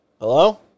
hello